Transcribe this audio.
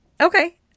Okay